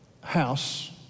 house